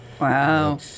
Wow